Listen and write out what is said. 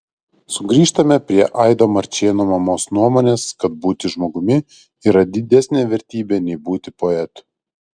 sugrįžtame prie aido marčėno mamos nuomonės kad būti žmogumi yra didesnė vertybė nei būti poetu